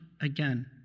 again